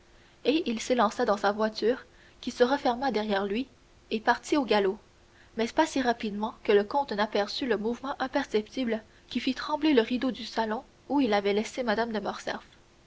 et il s'élança dans sa voiture qui se referma derrière lui et partit au galop mais pas si rapidement que le comte n'aperçut le mouvement imperceptible qui fit trembler le rideau du salon où il avait laissé mme de